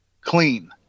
clean